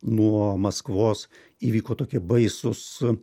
nuo maskvos įvyko tokie baisūs